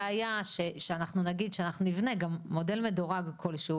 אין שום בעיה שאנחנו נגיד שאנחנו נבנה גם מודל מדורג כלשהו,